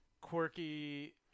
quirky